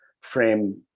frame